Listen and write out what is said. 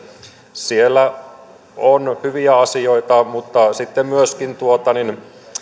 siellä on hyviä asioita mutta myöskin